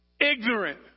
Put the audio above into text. Ignorant